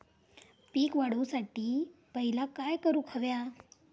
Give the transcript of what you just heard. पीक वाढवुसाठी पहिला काय करूक हव्या?